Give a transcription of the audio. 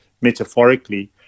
metaphorically